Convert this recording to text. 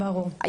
אגב,